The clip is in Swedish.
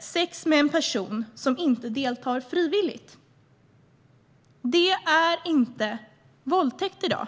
sex med en person som inte deltar frivilligt. Det är inte våldtäkt i dag.